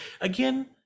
again